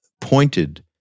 pointed